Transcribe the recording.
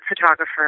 photographer